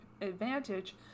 advantage